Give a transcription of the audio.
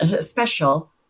special